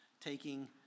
taking